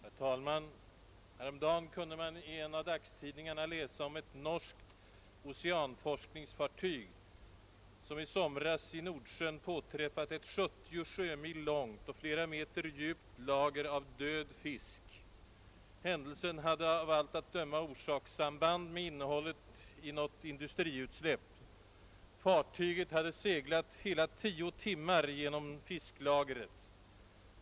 Herr talman! Häromdagen kunde man i en av dagstidningarna läsa om ett norskt oceanforskningsfartyg som i somras i Nordsjön påträffat ett 70 sjömil långt och flera meter djupt lager av död fisk. Händelsen hade av allt att döma orsakssamband med innehållet i något industriutsläpp. Fartyget hade seglat hela tio timmar genom fisklagret.